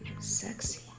sexy